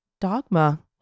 dogma